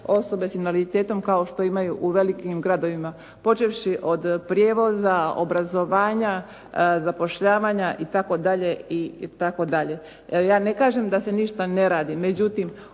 osobe sa invaliditetom kao što imaju u velikim gradovima počevši od prijevoza, obrazovanja, zapošljavanja itd. itd. Ja ne kažem da se ništa ne radi, međutim